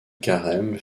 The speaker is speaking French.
carême